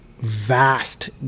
vast